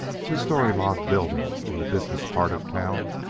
two-story log buildings, in the business part of town,